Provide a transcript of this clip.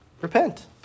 repent